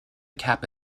cap